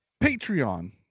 Patreon